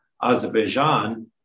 Azerbaijan